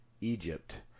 Egypt